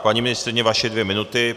Paní ministryně, vaše dvě minuty.